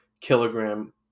kilogram